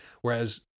Whereas